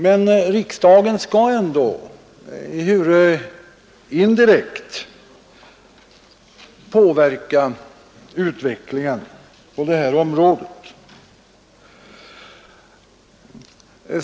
Men riksdagen skall ändå, ehuru indirekt, påverka utvecklingen på detta område.